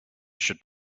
should